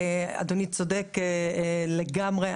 אדוני צודק לגמרי.